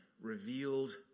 revealed